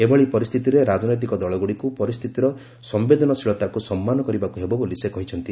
ଏଭଳି ପରିସ୍ଥିତିରେ ରାଜନୈତିକ ଦଳଗୁଡ଼ିକୁ ପରିସ୍ଥିତିର ସମ୍ପେଦନଶୀଳତାକୁ ସମ୍ମାନ କରିବାକୁ ହେବ ବୋଲି ସେ କହିଛନ୍ତି